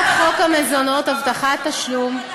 הצעת חוק המזונות (הבטחת תשלום)